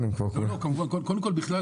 כמובן.